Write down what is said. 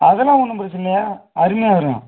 அதெல்லாம் ஒன்றும் பிரச்சின இல்லையா அருமையாக வரும்